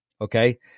okay